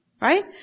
right